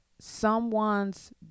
someone's